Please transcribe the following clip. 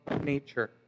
nature